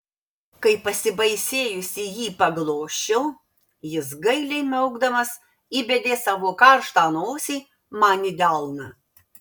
kai pasibaisėjusi jį paglosčiau jis gailiai miaukdamas įbedė savo karštą nosį man į delną